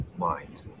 mind